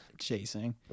chasing